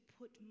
put